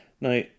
Now